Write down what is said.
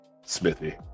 Smithy